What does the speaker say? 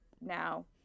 now